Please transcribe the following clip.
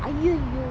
aiyer yer